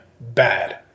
Bad